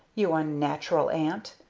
you unnatural aunt!